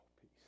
peace